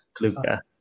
Luca